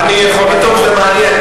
זה מעניין,